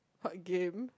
what game